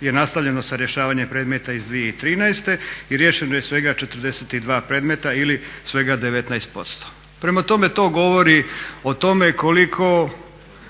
je nastavljeno rješavanje predmeta iz 2013. i riješeno je svega 42 predmeta ili svega 19%. Prema tome, to govori o tome